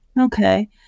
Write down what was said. Okay